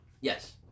Yes